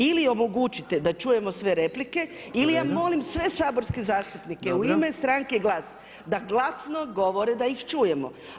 Ili omogućite da čujemo sve replike ili ja molim sve saborske zastupnike u ime stranke GLAS da glasno govore da ih čujemo.